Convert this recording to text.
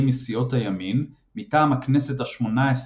מסיעות הימין מטעם הכנסת השמונה עשרה,